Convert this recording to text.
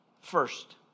First